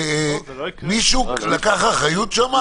מישהו לקח אחריות שם?